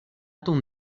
ton